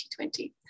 2020